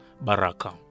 Baraka